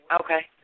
Okay